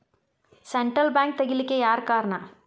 Central bank ತಗಿಲಿಕ್ಕೆಯಾರ್ ಕಾರಣಾ?